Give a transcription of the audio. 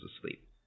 asleep